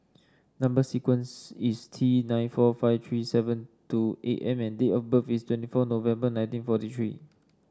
number sequence is T nine four five three seven two M and date of birth is twenty four November nineteen forty three